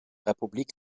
republik